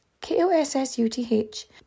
K-O-S-S-U-T-H